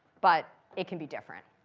but it can be different.